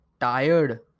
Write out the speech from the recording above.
tired